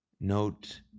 Note